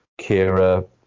Kira